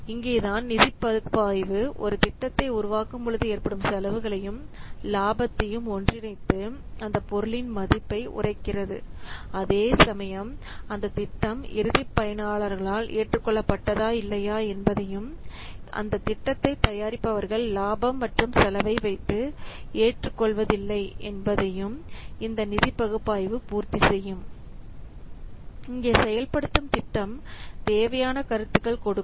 இங்கேதான் நிதி பகுப்பாய்வு ஒரு திட்டத்தை உருவாக்கும்போது ஏற்படும் செலவுகளையும் லாபத்தையும் ஒன்றிணைத்து அந்த பொருளின் மதிப்பை உரைக்கிறது அதேசமயம் அந்த திட்டம் இறுதிப் பயனர்களால் ஏற்றுக்கொள்ளப்பட்ட தா இல்லையா என்பதையும் அந்த திட்டத்தை தயாரிப்பவர்கள் லாபம் மற்றும் செலவை வைத்து ஏற்றுக் கொள்வதில்லை என்பதையும் இந்த நிதி பகுப்பாய்வு பூர்த்திசெய்யும் இங்கே செயல்படுத்தும் திட்டம் தேவையான கருத்துக்கள் கொடுக்கும்